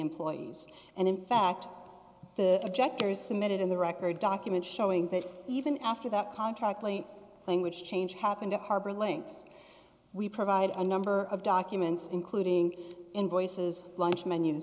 employees and in fact the objectors submitted in the record document showing that even after that contract plain language change happened to harbor links we provide a number of documents including invoices lunch menu